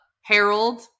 Harold